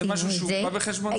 זה משהו שהוא בא בחשבון?